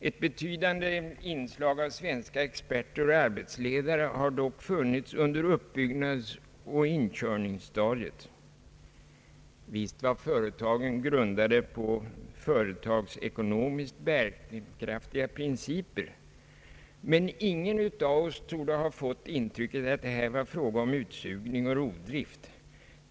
Ett betydande inslag av experter och arbetsledare har dock ofta funnits under uppbyggnadsoch inkörningsstadiet. Visst var företagen grundade på företagsekonomiskt bärkraftiga principer, men ingen av oss torde ha fått intrycket att det här var fråga om utsugning eller rovdrift.